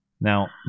Now